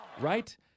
Right